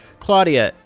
claudia,